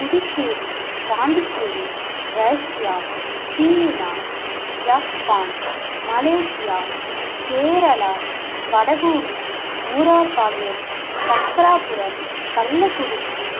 Puducherry Pondicherry Russia China Japan Malaysia Kerala Vadapoondi Moorarpalayam Sankarapuram Kallakurichi